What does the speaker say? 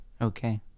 Okay